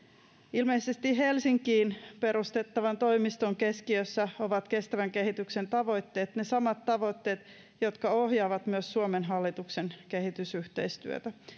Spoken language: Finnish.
ilmeisesti helsinkiin perustettavan toimiston keskiössä ovat kestävän kehityksen tavoitteet ne samat tavoitteet jotka ohjaavat myös suomen hallituksen kehitysyhteistyötä